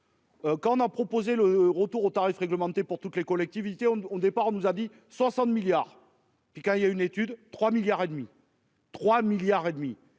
Quand on a proposé le retour aux tarifs réglementés pour toutes les collectivités ont on départ, on nous a dit 60 milliards, et puis quand il y a une étude 3 milliards et demi. 3 milliards et demi